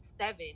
seven